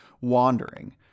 wandering